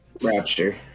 rapture